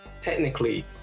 technically